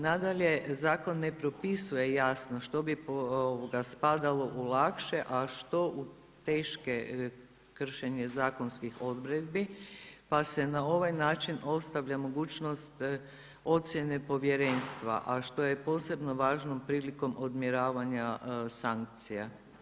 Nadalje, zakon ne propisuje jasno što bi spadalo u lakše, a što u teško kršenje zakonskih odredbi, pa se na ovaj način ostavlja mogućnost ocjene povjerenstva, a što je posebno važno prilikom odmjeravanja sankcija.